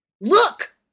Look